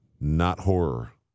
not-horror